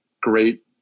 great